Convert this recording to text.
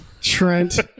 Trent